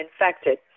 infected